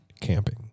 camping